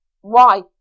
Why